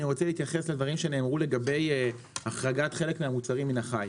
אני רוצה להתייחס לדברים שנאמרו לגבי החרגת חלק מהמוצרים מן החי.